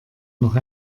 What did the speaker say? noch